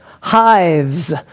hives